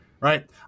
right